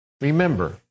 Remember